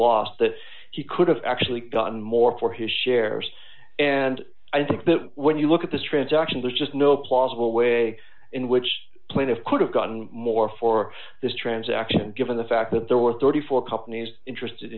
loss that he could have actually gotten more for his shares and i think that when you look at this transaction there's just no plausible way in which plaintiffs could have gotten more for this transaction given the fact that there were thirty four dollars companies interested